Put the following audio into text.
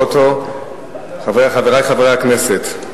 חברי חברי הכנסת,